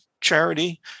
charity